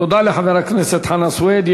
תודה לחבר הכנסת חנא סוייד.